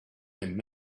him